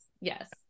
Yes